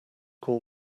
call